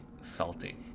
salty